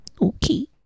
Okay